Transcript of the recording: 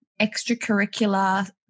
extracurricular